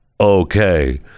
okay